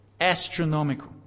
Astronomical